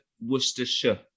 Worcestershire